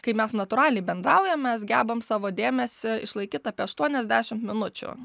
kai mes natūraliai bendraujam mes gebam savo dėmesį išlaikyt apie aštuonias dešimt minučių